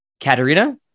Katerina